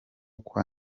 kwa